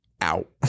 out